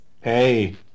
Hey